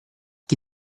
chi